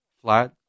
flat